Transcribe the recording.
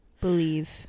Believe